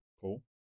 Cool